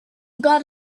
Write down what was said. got